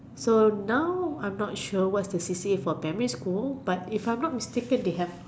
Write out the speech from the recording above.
so now I'm not sure what's the C_C_A for primary school but if I'm not mistaken they have